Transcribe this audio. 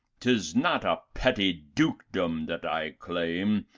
tis not a petty dukedom that i claim,